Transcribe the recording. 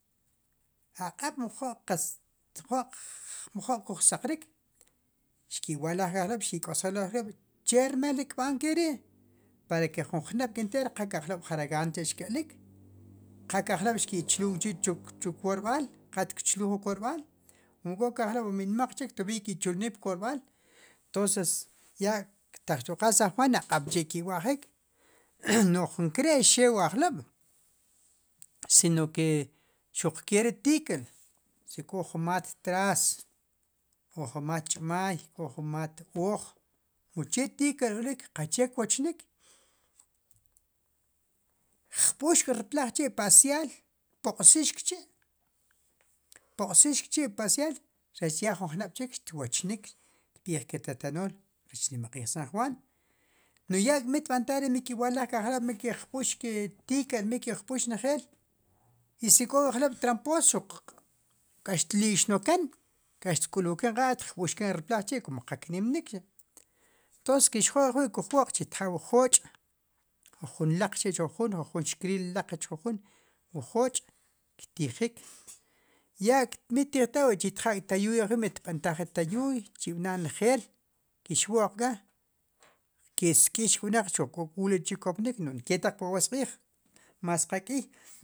Aq'ab' mjoq q'atz mjoq kusaqrik xkiwalaj ke ajk'lob' xkikosjelul ke ak'lob' chermel ri kb'ankeri para ke jun jno'b' enter qake ajk'lob' jaragant xkelik qa ke ak'lob' xkichulk'i chu kworb'al qa tchuluj wu kworb'al komo kjoke ajk'lob' mon ima'aqchi tovin ki'chulnik pworb'al entonses ya taq stuqaj sanjuan aq'ab'chi kiwaljik noj nkare xeu wu ajlob' si no xuq ke ri tike'l si ko ju mat tras o ju mat ch'maay ko ju mat ooj oche tikal ryolik qache kwochnik kjpuxkplajchi pa'sial kpoqsixchi kpoqsixchi pasial rech ya jun jnob'chik xwachnik ktiq ke tatanool rech nimaqíj sanjuan nu'yak mitb'antajri mi ke walajke ajk'lob' mike jpuxke tika' mi ke jpuxnjel i si ko ajk'lob' tampos xuq tlixnoken k'axk'lujken ri q'aq xjpuxken rplajk'i komo qaknimni cha' entonces chxjo ajwi kojwoq chitja wu joch' jujun laq chi chijujun xkril laq rech jujun wu joch ktijik ya'k' mi tijtawa chitja' itayuy ajwi mit b'antjik mi tb'ataj re tayuy chib'na' njel chiswoqka ki'sk'ix wn'aq xuk ko ulkchi kopnik nu' nketaq pu wu awasq'ij mas qakiy